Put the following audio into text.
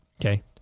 Okay